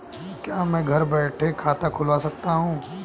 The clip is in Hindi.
क्या मैं घर बैठे खाता खुलवा सकता हूँ?